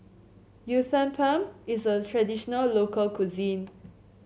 uthapam is a traditional local cuisine